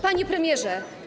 Panie Premierze!